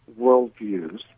worldviews